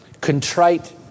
contrite